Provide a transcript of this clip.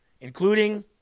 Including